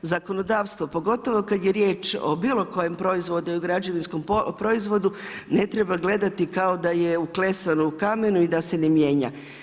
Zakonodavstvo pogotovo kad je riječ o bilokojem proizvodu i građevinskom proizvodu, ne treba gledati kao da je uklesano u kamen i da se ne mijenja.